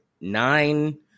nine